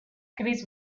chris